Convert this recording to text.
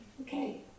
Okay